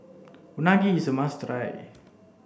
Unagi is a must try